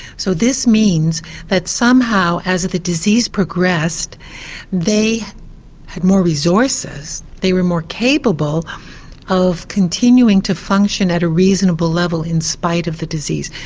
so this means that somehow as the disease progressed they had more resources, they were more capable of continuing to function at a reasonable level in spite of the disease.